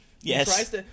Yes